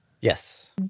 Yes